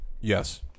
Yes